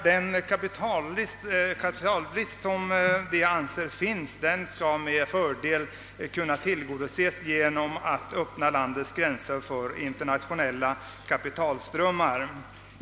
Den kapitalbrist som de anser finnas skulle med fördel kunna tillgodoses genom att öppna landets gränser för internationella kapitalströmmar.